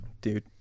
Dude